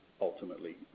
ultimately